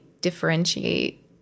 differentiate